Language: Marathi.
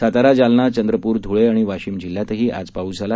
सातारा जालना चंद्रपूर धुळे आणि वाशीम जिल्ह्यातही आज पाऊस झाला